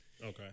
Okay